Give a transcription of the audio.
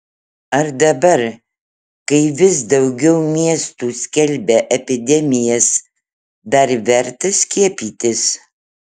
ar dabar kai vis daugiau miestų skelbia epidemijas dar verta skiepytis